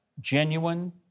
genuine